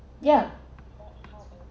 yeah